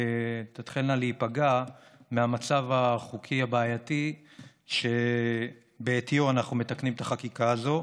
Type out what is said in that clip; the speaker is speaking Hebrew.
תתחלנה להיפגע מהמצב החוקי הבעייתי שבעטיו אנחנו מתקנים את החקיקה הזו.